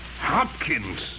Hopkins